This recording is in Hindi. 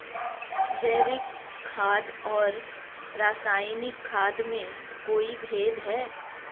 जैविक खाद और रासायनिक खाद में कोई भेद है?